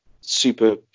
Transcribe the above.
super